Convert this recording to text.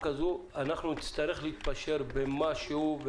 הזו אנחנו נצטרך להתפשר במשהו.